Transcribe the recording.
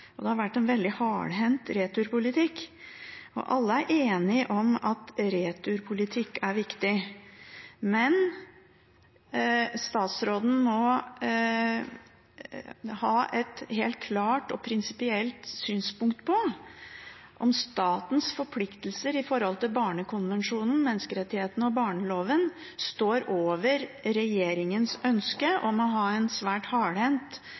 Det har vært en veldig hardhendt returpolitikk. Alle er enige om at returpolitikk er viktig. Men statsråden må ha et helt klart og prinsipielt synspunkt på om statens forpliktelser ifølge barnekonvensjonen, menneskerettighetene og barneloven står over regjeringens ønske om å ha en svært hardhendt